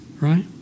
right